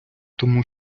тому